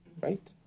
Right